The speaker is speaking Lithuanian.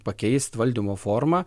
pakeist valdymo formą